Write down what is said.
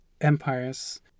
empires